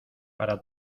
para